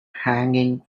hanging